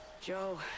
Joe